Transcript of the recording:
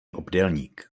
obdélník